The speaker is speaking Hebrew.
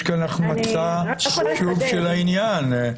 יש כאן החמצה שוב של העניין.